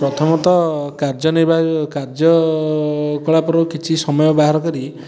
ପ୍ରଥମତଃ କାର୍ଯ୍ୟନିର୍ବାହ କାର୍ଯ୍ୟକଳାପରୁ କିଛି ସମୟ ବାହାର କରି